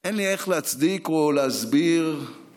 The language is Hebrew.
אין לי איך להצדיק או להסביר בעיניים